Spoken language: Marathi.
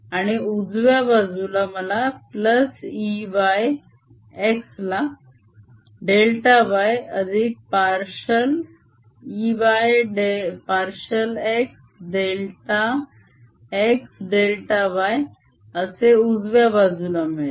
आणि उजव्या बाजूला मला Ey x ला डेल्टा y अधिक partial Ey partial x delta x delta y असे उजव्या बाजूला मिळेल